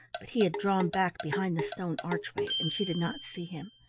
but he had drawn back behind the stone archway and she did not see him.